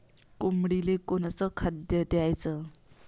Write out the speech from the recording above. कोंबडीले कोनच खाद्य द्याच?